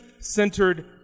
centered